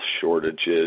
shortages